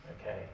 okay